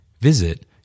Visit